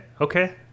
okay